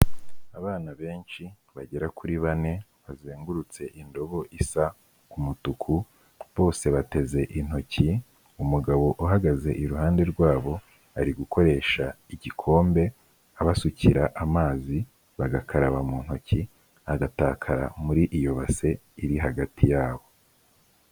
Abana benshi bagera kuri bane, bazengurutse indobo isa ku mutuku, bose bateze intoki, umugabo uhagaze iruhande rwabo, ari gukoresha igikombe abasukira amazi, bagakaraba mu ntoki, agatakara muri iyo base iri hagati yabo.